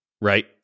right